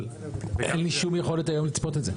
אבל אין לי שום יכולת היום לצפות את זה.